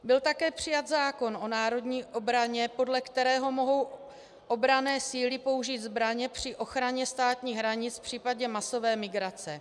Byl také přijat zákon o národní obraně, podle kterého mohou obranné síly použít zbraně při ochraně státních hranic v případě masové migrace.